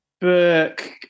book